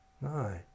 No